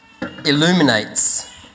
illuminates